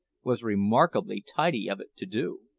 was remarkably tidy of it to do.